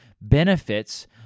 benefits